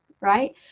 right